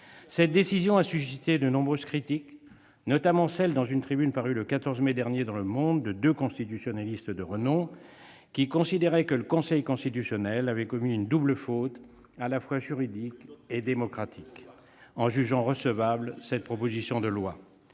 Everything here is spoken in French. Cette décision a suscité de nombreuses critiques, notamment celles, dans une tribune parue le 14 mai dernier dans, de deux constitutionnalistes de renom, qui considéraient que le Conseil constitutionnel avait commis une double faute, à la fois juridique et démocratique, en jugeant recevable cette proposition de loi.